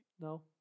No